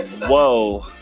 whoa